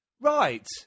Right